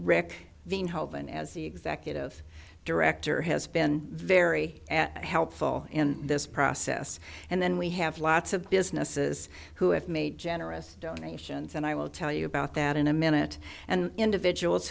rick being held and as the executive director has been very helpful in this process and then we have lots of businesses who have made generous donations and i will tell you about that in a minute and individuals